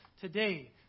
today